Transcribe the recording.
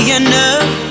enough